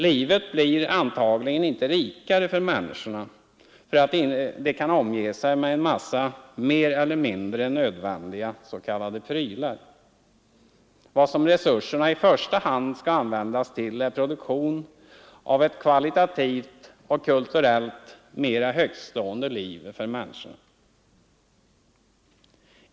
Livet blir antagligen inte rikare för människorna för att de kan omge sig med en massa mer eller mindre nödvändiga s.k. prylar; vad som resurserna i första hand skall användas till är produktion för ett kvalitativt och kulturellt mera högtstående liv för människorna.